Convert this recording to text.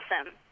awesome